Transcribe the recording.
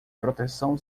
proteção